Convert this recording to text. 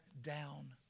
down